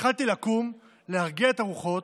התחלתי לקום, להרגיע את הרוחות,